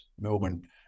Melbourne